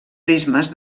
prismes